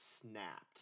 snapped